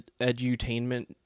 edutainment